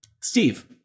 Steve